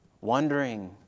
wondering